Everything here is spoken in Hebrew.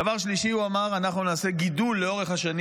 דבר שלישי שהוא אמר: לאורך השנים